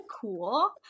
cool